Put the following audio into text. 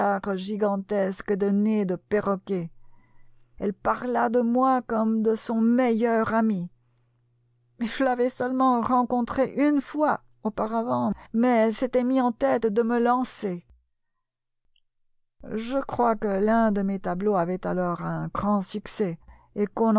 de nez de perroquet elle parla de moi comme de son meilleur ami je l'avais seulement rencontrée une fois auparavant mais elle s'était mis en tête de me lancer je crois que l'un de mes tableaux avait alors un grand succès et qu'on